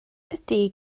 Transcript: ydy